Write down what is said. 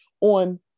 on